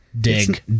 Dig